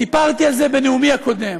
סיפרתי על זה בנאומי הקודם,